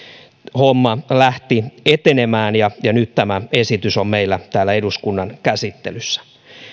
homma lähti etenemään ja ja nyt tämä esitys on meillä täällä eduskunnan käsittelyssä